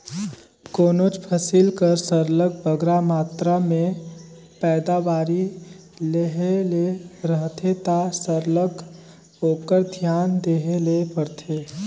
कोनोच फसिल कर सरलग बगरा मातरा में पएदावारी लेहे ले रहथे ता सरलग ओकर धियान देहे ले परथे